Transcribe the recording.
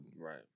Right